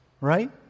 right